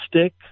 stick